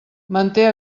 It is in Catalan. manté